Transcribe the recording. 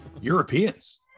Europeans